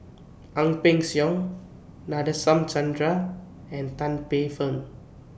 Ang Peng Siong Nadasen Chandra and Tan Paey Fern